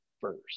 first